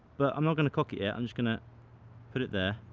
but i'm not gonna cock it yet, i'm just gonna put it there.